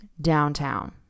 downtown